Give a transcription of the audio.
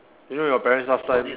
you know your parents last time